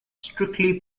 strictly